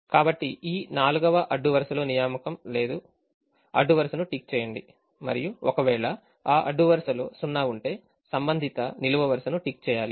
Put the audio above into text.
కాబట్టి ఈ 4వ అడ్డు వరుసలో నియామకం లేదు కాబట్టి అడ్డు వరుసను టిక్ చేయండి మరియు ఒకవేళ ఆ అడ్డు వరుసలో సున్నా ఉంటే సంబంధిత నిలువు వరుసను టిక్ చేయాలి